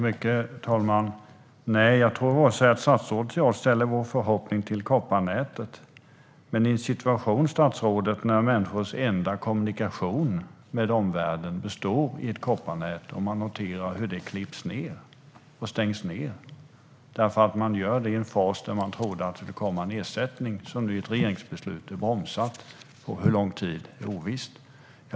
Herr talman! Jag tror inte att vare sig statsrådet eller jag sätter våra förhoppningar till kopparnätet. Men det här är en situation där vissa människors enda kommunikation med omvärlden består i ett kopparnät. Man noterar hur detta klipps ned och stängs ned, och detta sker i en fas där man trodde att det skulle komma en ersättning. Denna ersättning har nu bromsats genom ett regeringsbeslut, och det är ovisst för hur lång tid.